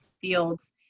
fields